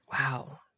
Wow